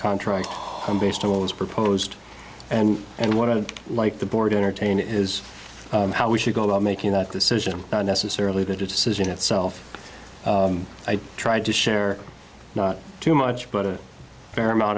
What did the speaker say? contract home based on what was proposed and and what i would like the board entertain is how we should go about making that decision not necessarily the decision itself i tried to share not too much but a fair amount